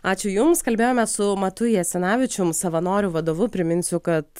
ačiū jums kalbėjome su matu jasinavičium savanorių vadovu priminsiu kad